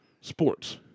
sports